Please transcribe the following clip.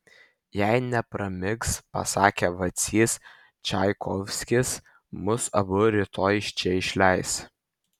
jei nepramigs pasakė vacys čaikovskis mus abu rytoj iš čia išleis